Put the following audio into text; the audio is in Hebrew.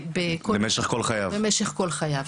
במשך כל חייו.